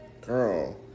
Girl